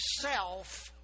self